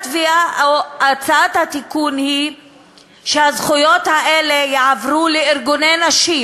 הצעת התיקון היא שהזכויות האלה יועברו לארגוני נשים,